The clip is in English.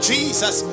Jesus